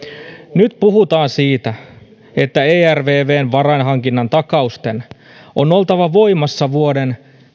nyt puhutaan siitä että ervvn varainhankinnan takausten on oltava voimassa vuoden